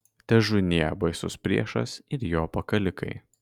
težūnie baisus priešas ir jo pakalikai